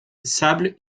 sable